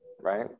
Right